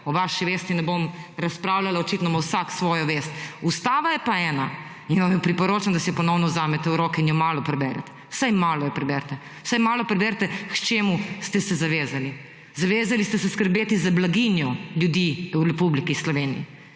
O vaši vesti ne bom razpravljala očitno ima vsak svojo vest. Ustava je pa ena in vam jo priporočam, da si jo ponovno vzamete v roke in jo malo preberete, vsaj malo jo preberite. Vsaj malo preberite k čemu ste se zavezali. Zavezali ste se skrbeti za blaginjo ljudi v Republiki Sloveniji.